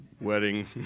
wedding